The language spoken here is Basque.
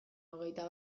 hogeita